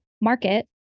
market